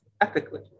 ethically